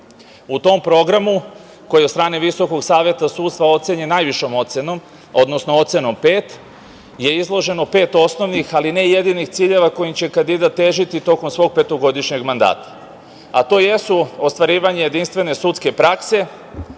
tom programu, koji je od strane VSS ocenjen najvišom ocenom, odnosno ocenom pet, je izloženo pet osnovnih ali ne jedinih ciljeva kojim će kandidat težiti tokom svog petogodišnjeg mandata, a to jesu ostvarivanje jedinstvene sudske prakse,